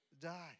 die